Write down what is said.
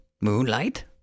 Moonlight